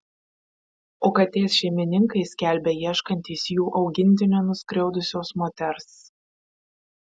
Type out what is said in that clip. o katės šeimininkai skelbia ieškantys jų augintinę nuskriaudusios moters